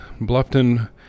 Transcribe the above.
Bluffton